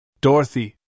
Dorothy